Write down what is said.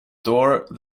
door